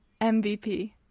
MVP